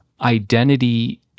identity